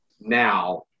Now